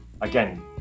again